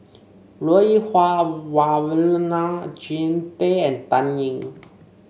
Lui Huah Wah Elena Jean Tay and Dan Ying